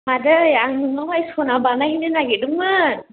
मादै आं नोंनावहाइ सना बानाय हैनो नागिरदोंमोन